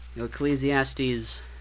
Ecclesiastes